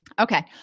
Okay